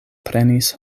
prenis